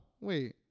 wait